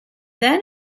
then